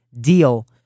deal